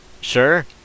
Sure